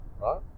right